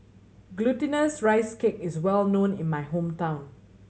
Glutinous Rice Cake is well known in my hometown